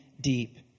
deep